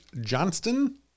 Johnston